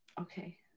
okay